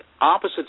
opposite